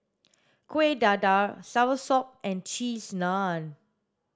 kuih dadar soursop and cheese naan